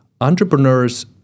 entrepreneurs